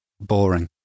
boring